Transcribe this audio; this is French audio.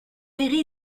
perry